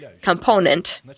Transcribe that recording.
component